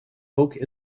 oak